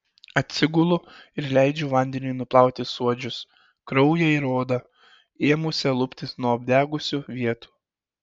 atsigulu ir leidžiu vandeniui nuplauti suodžius kraują ir odą ėmusią luptis nuo apdegusių vietų